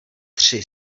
tři